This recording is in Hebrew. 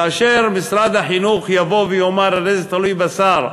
כאשר משרד החינוך יבוא ויאמר, הרי זה תלוי בשר.